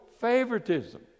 favoritism